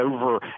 over